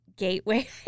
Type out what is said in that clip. gateway